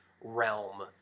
realm